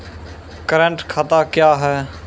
Current खाता क्या हैं?